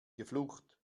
geflucht